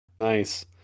Nice